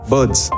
Birds